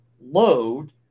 load